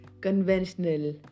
conventional